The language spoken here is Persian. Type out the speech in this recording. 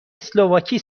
اسلواکی